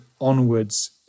onwards